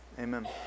Amen